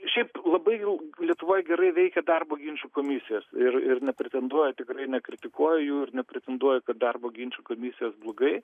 šiaip labai jau lietuvoj gerai veikia darbo ginčų komisijos ir ir nepretenduoju tikrai nekritikuoju ir nepretenduoju kad darbo ginčų komisijos blogai